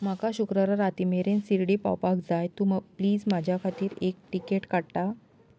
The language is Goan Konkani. म्हाका शुक्रारा रातीं मेरेन शिर्डी पावपाक जाय तूं प्लीज म्हजे खातीर एक तिकेट काडटा